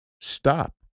stop